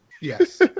Yes